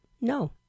no